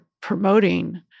promoting